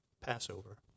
Passover